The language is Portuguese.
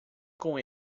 com